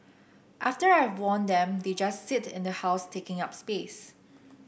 after I've worn them they just sit in the house taking up space